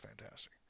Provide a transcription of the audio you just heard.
fantastic